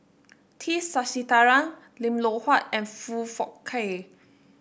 T Sasitharan Lim Loh Huat and Foong Fook Kay